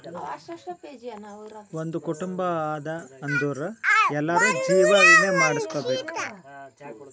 ಒಂದ್ ಕುಟುಂಬ ಅದಾ ಅಂದುರ್ ಎಲ್ಲಾರೂ ಜೀವ ವಿಮೆ ಮಾಡುಸ್ಕೊಬೇಕ್